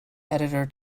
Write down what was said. editor